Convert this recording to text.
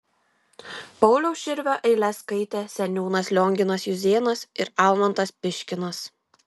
pauliaus širvio eiles skaitė seniūnas lionginas juzėnas ir almantas piškinas